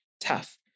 tough